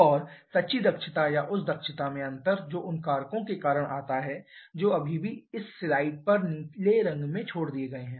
और सच्ची दक्षता या उस दक्षता में अंतर जो उन कारकों के कारण आता है जो अभी भी इस स्लाइड पर नीले रंग में छोड़ दिए गए हैं